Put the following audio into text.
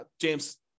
James